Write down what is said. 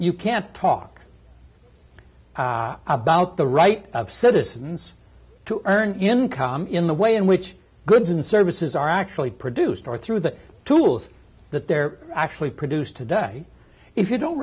you can't talk about the right of citizens to earn income in the way in which goods and services are actually produced or through the tools that they're actually produced today if you don't